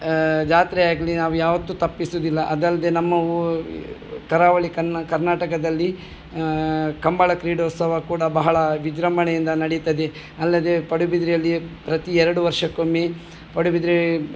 ಜಾತ್ರೆಯಾಗಲಿ ನಾವು ಯಾವತ್ತೂ ತಪ್ಪಿಸೋದಿಲ್ಲ ಅದಲ್ಲದೆ ನಮ್ಮ ಹೂ ಈ ಕರಾವಳಿ ಕರ್ನಾಟಕದಲ್ಲಿ ಕಂಬಳ ಕ್ರೀಡೋತ್ಸವ ಕೂಡ ಬಹಳ ವಿಜೃಂಭಣೆಯಿಂದ ನಡೀತದೆ ಅಲ್ಲದೆ ಪಡುಬಿದ್ರಿಯಲ್ಲಿ ಪ್ರತಿ ಎರಡು ವರ್ಷಕ್ಕೊಮ್ಮೆ ಪಡುಬಿದ್ರಿ